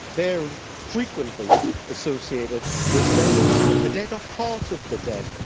they are frequently associated with burials of the dead or part of the dead.